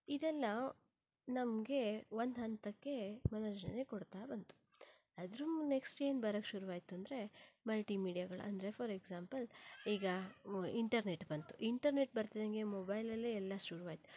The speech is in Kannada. ಇದೆಲ್ಲ ನಮಗೆ ಒಂದು ಹಂತಕ್ಕೆ ಮನೋರಂಜನೆ ಕೊಡ್ತಾ ಬಂತು ಅದರ ನೆಕ್ಸ್ಟ್ ಏನು ಬರೋಕ್ಕೆ ಶುರುವಾಯಿತು ಅಂದರೆ ಮಲ್ಟಿಮೀಡಿಯಾಗಳು ಅಂದರೆ ಫಾರ್ ಎಕ್ಸಾಂಪಲ್ ಈಗ ಇಂಟರ್ನೆಟ್ ಬಂತು ಇಂಟರ್ನೆಟ್ ಬರ್ತಿದ್ದಂಗೆ ಮೊಬೈಲಲ್ಲೇ ಎಲ್ಲ ಶುರುವಾಯಿತು